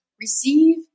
Receive